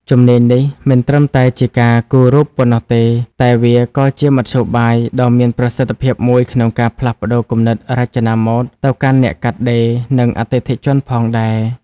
ជំនាញនេះមិនត្រឹមតែជាការគូររូបប៉ុណ្ណោះទេ តែវាក៏ជាមធ្យោបាយដ៏មានប្រសិទ្ធភាពមួយក្នុងការផ្លាស់ប្ដូរគំនិតរចនាម៉ូដទៅកាន់អ្នកកាត់ដេរ និងអតិថិជនផងដែរ។